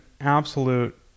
absolute